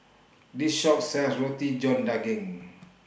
This Shop sells Roti John Daging